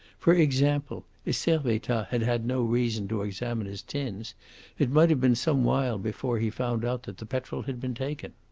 for example, if servettaz had had no reason to examine his tins it might have been some while before he found out that the petrol had been taken.